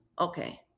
okay